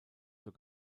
zur